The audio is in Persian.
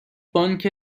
بانک